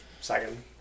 second